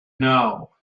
know